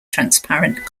transparent